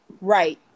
Right